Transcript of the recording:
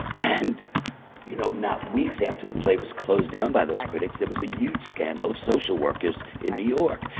and you know, not weeks after the play was closed down by those critics, there was a huge scandal of social workers in new york!